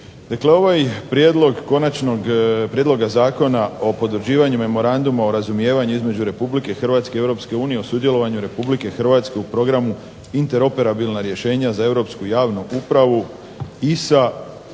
Dakle ovaj prijedlog konačnog prijedloga zakona o potvrđivanju memoranduma o razumijevanju između Republike Hrvatske i Europske unije o sudjelovanju Republike Hrvatske u programu interoperabilna rješenja za europsku javnu upravu ISA,